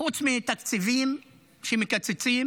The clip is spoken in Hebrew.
חוץ מתקציבים שמקצצים,